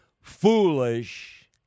foolish